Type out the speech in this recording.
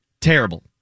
Terrible